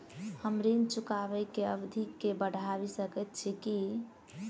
हम ऋण चुकाबै केँ अवधि केँ बढ़ाबी सकैत छी की?